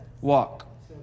walk